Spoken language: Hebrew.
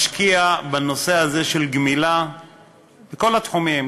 משקיע בנושא הזה של גמילה בכל התחומים,